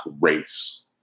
race